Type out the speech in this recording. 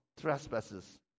trespasses